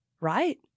right